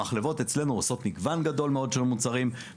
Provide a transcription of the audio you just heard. המחלבות אצלנו עושות מגוון גדול מאוד של מוצרים.